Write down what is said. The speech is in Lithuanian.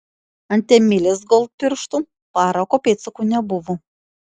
ant emilės gold pirštų parako pėdsakų nebuvo